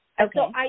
Okay